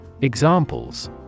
Examples